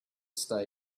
state